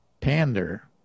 pander